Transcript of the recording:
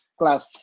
class